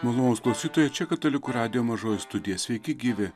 malonūs klausytojai čia katalikų radijo mažoji studija sveiki gyvi